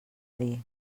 dir